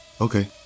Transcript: Okay